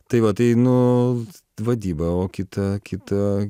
tai va tai nu vadyba o kita kita